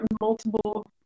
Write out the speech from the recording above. multiple